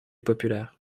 populaire